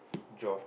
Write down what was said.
draw